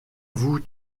vous